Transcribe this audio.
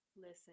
listen